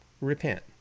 Repent